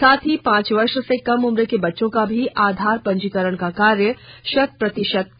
साथ ही पाांच वर्ष से कम उम्र के बच्चों का भी आधार पंजीकरण का कार्य शत प्रतिशत किया जाए